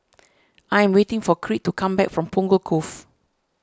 I am waiting for Creed to come back from Punggol Cove